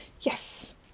yes